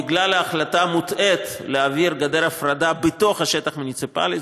בגלל ההחלטה המוטעית להעביר גדר הפרדה בתוך השטח המוניציפלי,